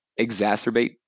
exacerbate